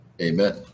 Amen